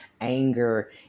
anger